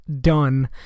Done